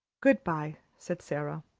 good-bye, said sara.